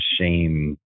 shame